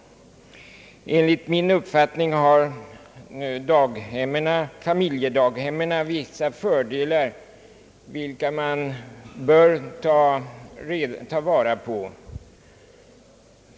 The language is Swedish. Enligt min uppfattning har familjedaghemmen vissa fördelar som man bör ta vara på.